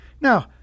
Now